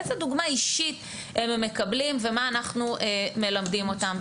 איזו דוגמה אישית הם מקבלים ומה אנחנו מלמדים אותם.